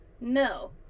no